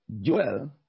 Joel